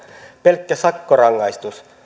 pelkkä sakkorangaistus